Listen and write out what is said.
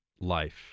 life